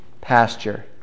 pasture